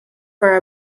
for